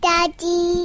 Daddy